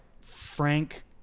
frank